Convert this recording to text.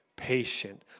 patient